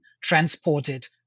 transported